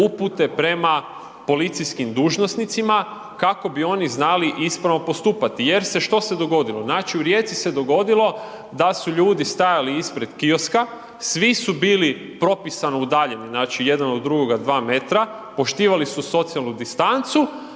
upute prema policijskim dužnosnicima kako bi oni znali ispravno postupati. Jer što se dogodilo? Znači u Rijeci se dogodilo da su ljudi stajali ispred kioska, svi su bili propisano udaljeni jedan od drugoga 2 metra, poštivali su socijalnu distancu,